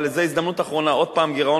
אבל זו הזדמנות אחרונה: עוד פעם גירעון